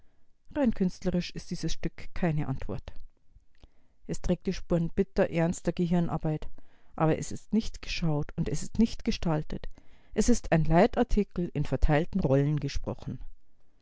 rein künstlerisch ist dieses stück keine antwort es trägt die spuren bitterernster gehirnarbeit aber es ist nicht geschaut und es ist nicht gestaltet es ist ein leitartikel in verteilten rollen gesprochen